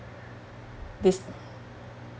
this